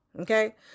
Okay